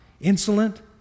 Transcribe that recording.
...insolent